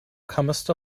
comest